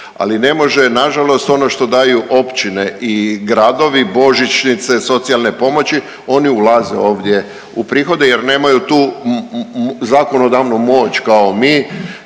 ali ne može nažalost ono što daju općine i gradovi božićnice, socijalne pomoći oni ulaze ovdje u prihode jer nemaju tu zakonodavnu moć kao mi